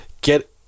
get